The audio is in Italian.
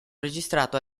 registrato